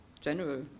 general